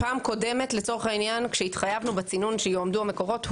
פעם קודמת לצורך העניין כשהתחייבנו בצינון שיועמדו המקורות,